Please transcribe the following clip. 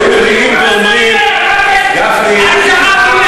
היו מריעים ואומרים, כמה כסף,